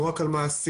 לא רק על מה שעשינו.